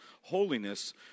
holiness